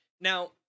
Now